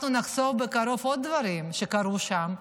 אנחנו נחשוף בקרוב עוד דברים שקרו שם,